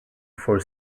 for